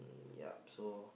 ya so